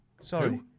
Sorry